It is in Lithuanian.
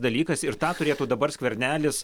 dalykas ir tą turėtų dabar skvernelis